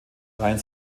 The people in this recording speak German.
reihen